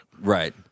Right